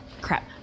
crap